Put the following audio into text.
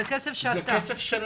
זה כסף שלנו.